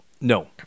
No